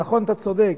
נכון, אתה צודק,